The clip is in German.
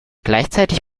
gleichzeitig